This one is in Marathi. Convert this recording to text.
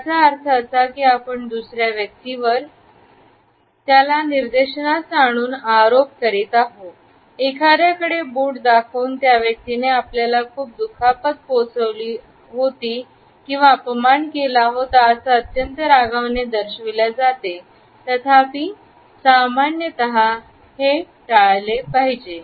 याचा अर्थ असा की आपण दुसर्या व्यक्तीवर निदर्शनास आणून आरोप करीत आहोत एखाद्याकडे बोट दाखवून त्या व्यक्तीने आपल्याला खूप दुखापत पोहोचली होती अपमान केला होता असं अत्यंत रागाने दर्शविल्या जाते तथापि सामान्यतः हे टाळले पाहिजे